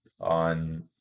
on